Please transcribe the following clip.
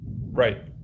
Right